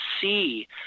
see